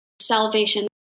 salvation